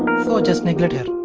so just neglect her.